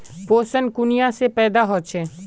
पोषण कुनियाँ से पैदा होचे?